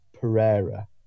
Pereira